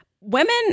women